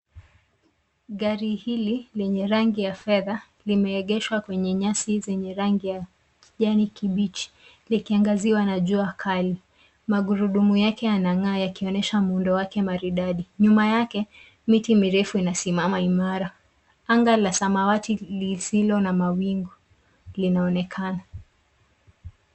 Gari hili lenye rangi ya fedha limeegeshwa kwenye nyasi yenye rangi ya kijani kibichi likiangaziwa na jua kali. Magurudumu yake yana ng'aa yakionyesha muundo wake maridadi. Nyuma yake miti mirefu ina simama imara. Anga la samawati lisilo na mawingu linaonekana.